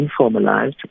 informalized